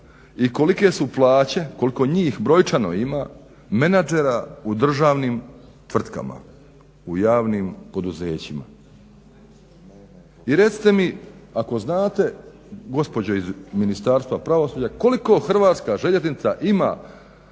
i kolike su plaće, koliko njih brojčano ima menadžera u državnim tvrtkama, u javnim poduzećima. I recite mi ako znate gospođo iz Ministarstva pravosuđa koliko Hrvatska željeznica ima